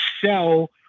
sell